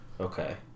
Okay